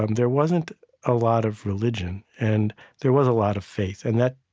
um there wasn't a lot of religion, and there was a lot of faith. and that